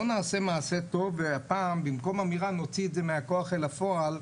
בואו נעשה מעשה טוב והפעם במקום אמירה נוציא את זה מהכוח אל הפועל,